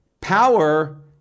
Power